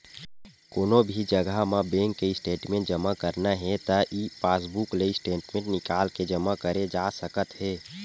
कोनो भी जघा म बेंक के स्टेटमेंट जमा करना हे त ई पासबूक ले स्टेटमेंट निकाल के जमा करे जा सकत हे